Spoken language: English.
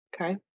okay